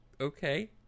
Okay